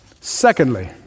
Secondly